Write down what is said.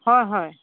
অঁ হয়